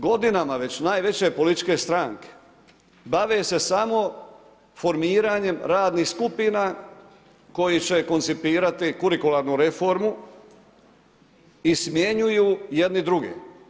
Godinama već najveće političke stranke bave se samo formiranjem radnih skupina koji će koncipirati kurikularnu reformu i smjenjuju jedni druge.